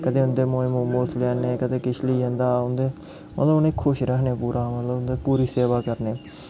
क'दें उं'दे मूजब मोमोस लेई आए कदें किश लेई आंदा मतलब उ'नें गी खुश रक्खने मतलब उं'दी पूरी सेवा करने